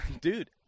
Dude